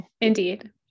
indeed